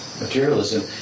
Materialism